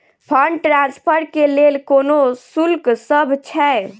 Fund transfer केँ लेल कोनो शुल्कसभ छै?